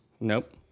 Nope